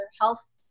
health